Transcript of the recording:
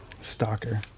stalker